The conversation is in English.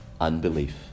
Unbelief